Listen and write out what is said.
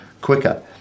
quicker